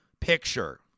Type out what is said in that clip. picture